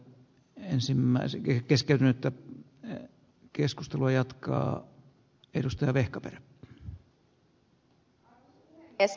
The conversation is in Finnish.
ensimmäisenkin kesken että ne keskustelua jatkaa edustaa vehkaperä arvoisa puhemies